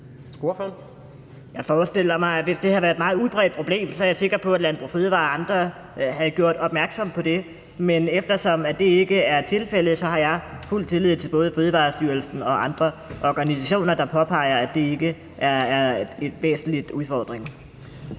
Hegaard (RV): Hvis det havde været et meget udbredt problem, er jeg sikker på, at Landbrug & Fødevarer og andre havde gjort opmærksom på det, men eftersom det ikke er tilfældet, har jeg fuld tillid til både Fødevarestyrelsen og andre organisationer, der påpeger, at det ikke er en væsentlig udfordring.